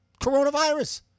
coronavirus